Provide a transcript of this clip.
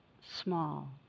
small